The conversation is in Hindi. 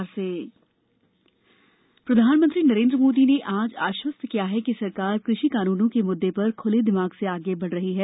कृषि कानून पीएम प्रधानमंत्री नरेन्द्र मोदी ने आज आश्वस्त किया कि सरकार कृषि कानूनों के मुद्दे पर ख्ले दिमाग से आगे बढ रही है